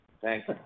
Thanks